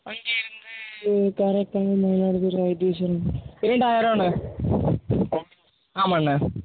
அங்கே இருந்து correct time Mayiladuthurai Vaitheeswaran இரண்டாயிரூபாண்ணே ஆமாம்ண்ணே